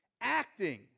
Acting